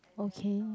okay